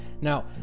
Now